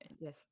Yes